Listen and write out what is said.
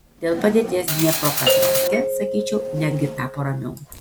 dėl padėties dniepropetrovske sakyčiau netgi tapo ramiau